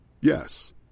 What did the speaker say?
Yes